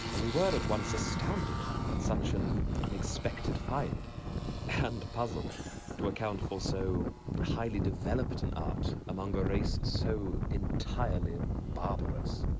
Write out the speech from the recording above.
we were at once astounded at such an unexpected find and puzzled to account for so highly developed an art among a race so entirely ah barbarous.